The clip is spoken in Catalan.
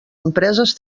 empreses